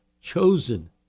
chosen